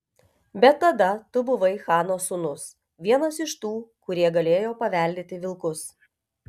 bet tada tu buvai chano sūnus vienas iš tų kurie galėjo paveldėti vilkus